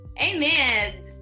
amen